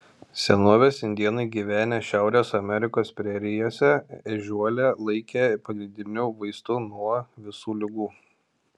senovės indėnai gyvenę šiaurės amerikos prerijose ežiuolę laikė pagrindiniu vaistu nuo visų ligų